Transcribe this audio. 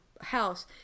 house